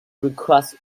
request